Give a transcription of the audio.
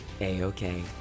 a-okay